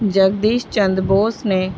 جگدیش چندر بوس نے